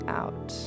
out